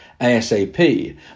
ASAP